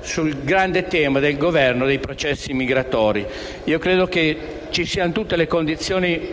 sul grande tema del governo dei processi migratori. Credo che ci siano davvero tutte le condizioni